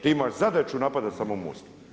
Ti imaš zadaću napadati samo MOST.